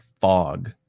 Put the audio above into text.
fog